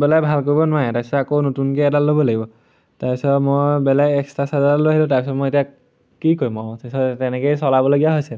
বেলেগ ভাল কৰিব নোৱাৰে তাৰপিছত আকৌ নতুনকে এডাল ল'ব লাগিব তাৰপিছত মই বেলেগ এক্সট্ৰা চাৰ্জাৰডাল লৈ আহিলোঁ তাৰপিছত মই এতিয়া কি কম আৰু মই তাৰপিছত তেনেকেই চলাবলগীয়া হৈছে